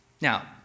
Now